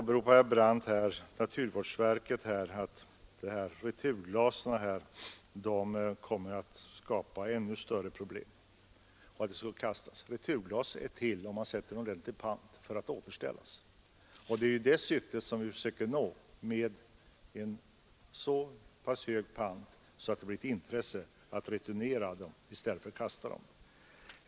Herr Brandt åberopade naturvårdsverket och sade att returglasen kommer att skapa ännu större problem därför att de skulle komma att kastas. Returglas är till för att återställas, och de blir återställda om man sätter en ordentlig pant på dem. Det är det syftet vi försöker nå med en så pass hög pant att det blir ett intresse att returnera glasen i stället för att kasta dem.